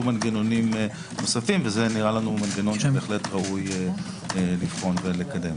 מנגנונים נוספים וזה נראה לנו מנגנון שראוי לבחון ולקדם.